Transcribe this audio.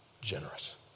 generous